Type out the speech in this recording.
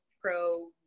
pro